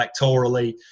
electorally